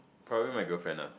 probably my girlfriend lah